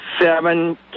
seven